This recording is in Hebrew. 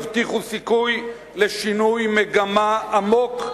יבטיחו סיכוי לשינוי מגמה עמוק,